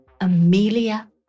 Amelia